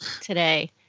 today